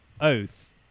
oath